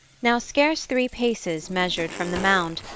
now, scarce three paces measured from the mound,